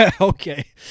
Okay